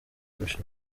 kurusha